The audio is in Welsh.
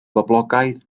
boblogaidd